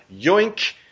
yoink